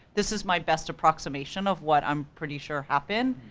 this is my best approximation of what i'm pretty sure happened,